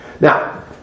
Now